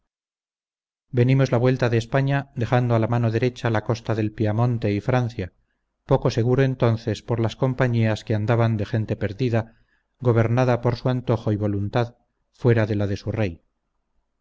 venimos la vuelta de españa dejando a la mano derecha la costa del piamonte y francia poco seguro entonces por las compañías que andaban de gente perdida gobernada por su antojo y voluntad fuera de la de su rey